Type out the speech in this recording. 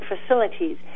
facilities